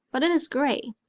but it is gray.